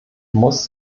muss